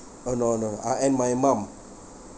oh no no uh and my mum